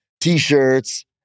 t-shirts